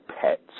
pets